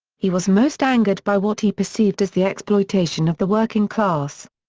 he was most angered by what he perceived as the exploitation of the working class.